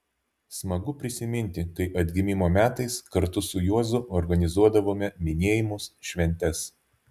smagu prisiminti kai atgimimo metais kartu su juozu organizuodavome minėjimus šventes